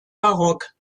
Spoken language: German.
barock